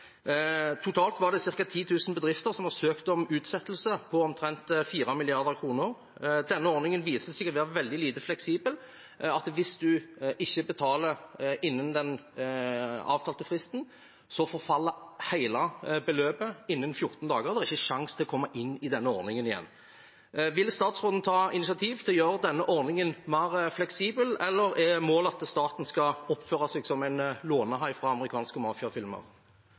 Totalt var det ca. 10 000 bedrifter som har søkt om utsettelse, på omtrent 4 mrd. kr. Denne ordningen viser seg å være veldig lite fleksibel. Hvis man ikke betaler innen den avtalte fristen, forfaller hele beløpet innen 14 dager, og det er ikke sjanse til å komme inn i denne ordningen igjen. Vil statsråden ta initiativ til å gjøre denne ordningen mer fleksibel, eller er målet at staten skal oppføre seg som en lånehai fra amerikanske mafiafilmer? Staten oppfører seg ikke som noen lånehai fra amerikanske mafiafilmer.